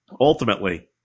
ultimately